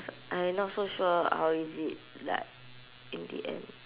I not so sure how is it like in the end